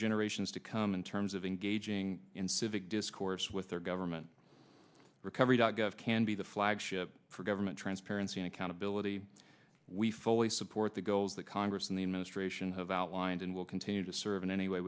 generations to come in terms of engaging in civic discourse with their government recovery dot gov can be the flagship for government transparency accountability we fully support the goals that congress and the administration have outlined and will continue to serve in any way